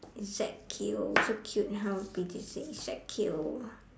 ezekiel so cute how say ezekiel